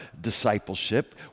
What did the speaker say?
discipleship